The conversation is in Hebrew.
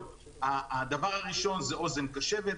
הדבר הראשון זה אוזן קשבת,